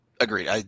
Agreed